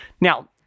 Now